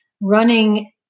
running